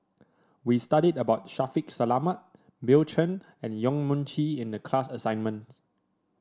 we studied about Shaffiq Selamat Bill Chen and Yong Mun Chee in the class assignment